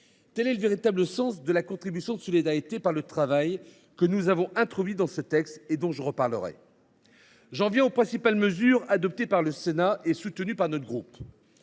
Tel est le véritable sens de la contribution de solidarité par le travail que nous avons introduite dans ce texte. J’en viens aux principales mesures adoptées par le Sénat et soutenues par notre groupe.